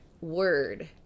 word